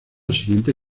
siguiente